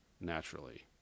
naturally